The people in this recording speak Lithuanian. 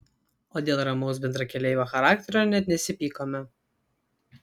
o dėl ramaus bendrakeleivio charakterio net nesipykome